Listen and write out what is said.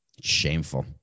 Shameful